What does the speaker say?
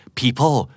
people